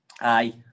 Aye